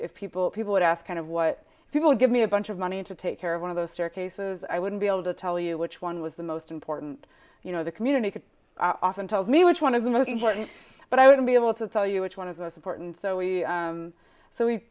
if people people would ask kind of what people give me a bunch of money to take care of one of those staircases i wouldn't be able to tell you which one was the most important you know the community could often tell me which one of the most important but i wouldn't be able to tell you which one of the support and so we so we